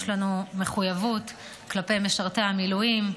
יש לנו מחויבות כלפי משרתי המילואים,